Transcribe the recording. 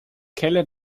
kelle